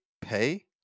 pay